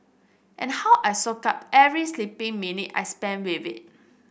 and how I soak up every sleeping minute I spend with it